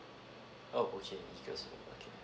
oh okay eagles okay